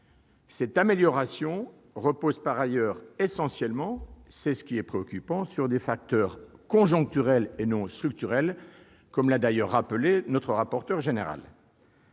Cette amélioration repose par ailleurs essentiellement- et c'est ce qui est préoccupant -sur des facteurs conjoncturels, et non structurels, comme l'a d'ailleurs rappelé notre rapporteur général.